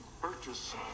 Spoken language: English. purchase